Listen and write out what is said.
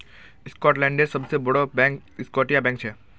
स्कॉटलैंडेर सबसे बोड़ो बैंक स्कॉटिया बैंक छे